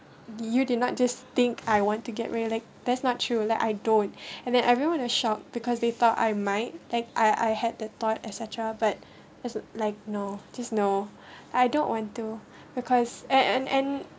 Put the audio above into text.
you did not just think I want to get marry like that's not true like I don't and then everyone a shock because they thought I might that I had the thought etcetera but as like no this no I don't want to because and and and